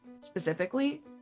specifically